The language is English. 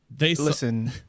listen